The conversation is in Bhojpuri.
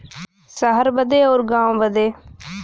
सहर बदे अउर गाँव बदे